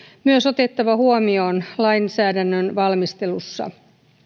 myös otettava huomioon lainsäädännön valmistelussa